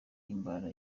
himbara